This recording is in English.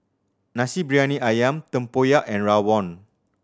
Nasi Briyani Ayam tempoyak and rawon